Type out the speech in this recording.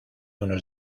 unos